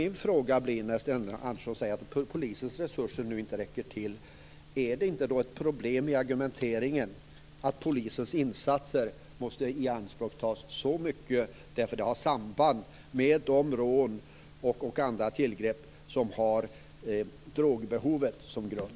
Min fråga när Sten Andersson säger att polisens resurser nu inte räcker blir: Är det inte ett problem i argumenteringen att polisens tid så mycket måste tas i anspråk för insatser mot rån och andra tillgrepp som har drogbehovet som grund?